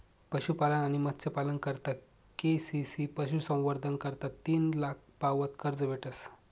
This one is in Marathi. पशुपालन आणि मत्स्यपालना करता के.सी.सी पशुसंवर्धन करता तीन लाख पावत कर्ज भेटस